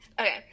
Okay